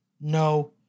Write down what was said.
No